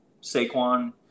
Saquon